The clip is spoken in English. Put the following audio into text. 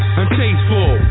untasteful